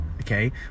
okay